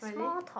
small talk